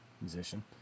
musician